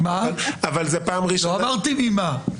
אבל זו פעם ראשונה --- לא אמרתי ממה.